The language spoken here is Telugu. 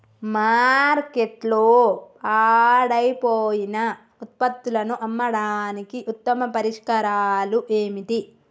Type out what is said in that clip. మార్కెట్లో పాడైపోయిన ఉత్పత్తులను అమ్మడానికి ఉత్తమ పరిష్కారాలు ఏమిటి?